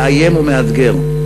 מאיים ומאתגר.